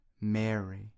Mary